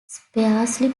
sparsely